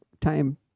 time